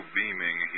beaming